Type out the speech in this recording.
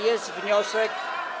Jest wniosek.